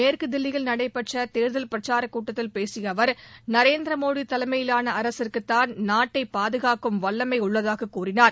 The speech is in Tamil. மேற்கு தில்லியில் நடைபெற்ற தேர்தல் பிரச்சாரக் கூட்டத்தில் பேசிய அவர் நரேந்திர மோடி தலைமையிலான அரசிற்குதான் நாட்டை பாதுகாக்கும் வல்லமை உள்ளதாக கூறினார்